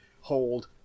hold